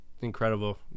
incredible